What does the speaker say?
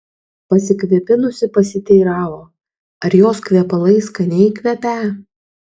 pasikvėpinusi pasiteiravo ar jos kvepalai skaniai kvepią